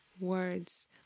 Words